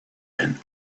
and